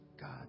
God